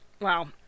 Wow